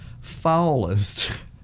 foulest